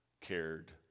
cared